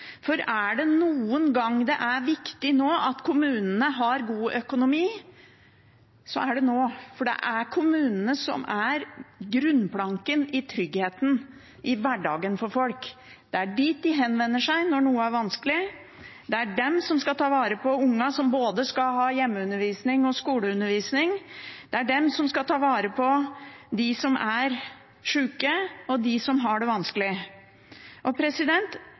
Er det noen gang det er viktig at kommunene har god økonomi, så er det nå, for det er kommunene som er grunnplanken i tryggheten i hverdagen for folk. Det er dit de henvender seg når noe er vanskelig. Det er de som skal ta vare på barna, som både skal ha hjemmeundervisning og skoleundervisning. Det er de som skal ta vare på dem som er sjuke, og dem som har det vanskelig. Det har gått ukevis og